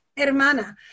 hermana